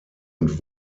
und